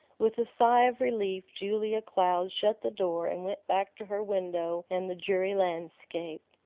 with a sigh of relief julia cloud shut the door and went back to her window and the dreary landscape.